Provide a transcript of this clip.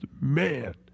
man